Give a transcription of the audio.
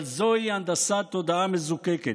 אבל זוהי הנדסה תודעה מזוקקת.